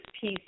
piece